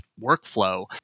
workflow